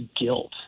guilt